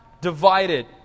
Divided